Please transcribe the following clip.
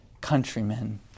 countrymen